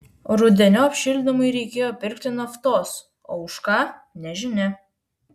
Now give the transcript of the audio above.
rudeniop šildymui reikėjo pirkti naftos o už ką nežinia